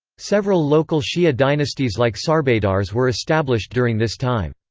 several local shia dynasties like sarbadars were established during this time.